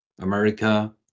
America